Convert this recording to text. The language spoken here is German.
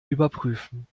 überprüfen